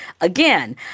again